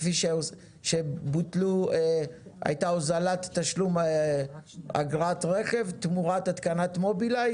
כפי שהייתה הוזלת תשלום אגרת רכב תמורת התקנת מובילאיי